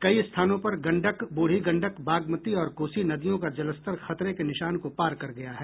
कई स्थानों पर गंडक बूढ़ी गंडक बागमती और कोसी नदियों का जलस्तर खतरे के निशान को पार कर गया है